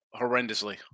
horrendously